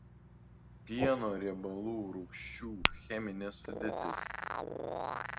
pieno riebalų rūgščių cheminė sudėtis